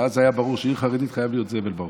אבל אז היה ברור שבעיר חרדית חייב להיות זבל ברחוב.